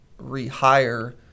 rehire